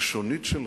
הלשונית שלהם,